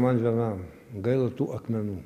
man vienam gaila tų akmenų